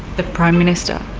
the prime minister?